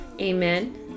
Amen